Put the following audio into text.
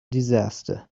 disaster